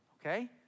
okay